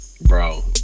Bro